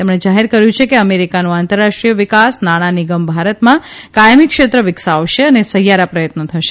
તેમણે જાહેર કર્યું કે અમેરિકાનું આંતરરાષ્ટ્રીય વિકાસ નાણાં નિગમ ભારતમાં કાયમીક્ષેત્ર વિકસાવશે અને સહિયારા પ્રયત્નો થશે